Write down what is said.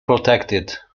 protected